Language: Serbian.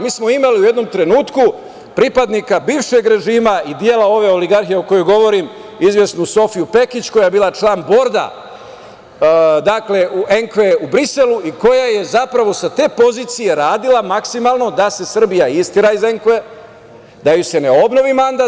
Mi smo imali u jednom trenutku pripadnika bivšeg režima i dela ove oligarhije o kojoj govorim, izvesnu Sofiju Pekić koja je bila član borda ENKVA u Briselu i koja je sa te pozicije radila maksimalno da se Srbija istera iz ENKVA-e, da joj se ne obnovi mandat.